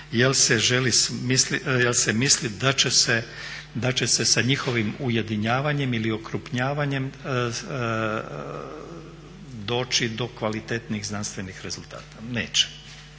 jer se misli da će se sa njihovim ujedinjavanjem ili okrupnjavanjem doći do kvalitetnijih znanstvenih rezultata. Neće.